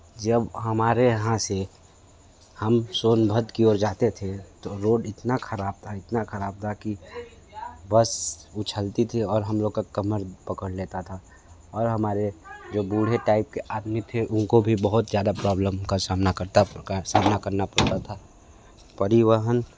जब हमारे यहाँ से हम सोनभद्र की ओर जाते थे तो रोड इतना खराब था इतना खराब था कि बस उछलती थी और हम लोग का कमर पकड़ लेता था और हमारे जो बूढ़े टाइप के आदमी थे उनको भी बहुत ज़्यादा प्रोब्लम का सामना करता सामना करना पड़ता था परिवहन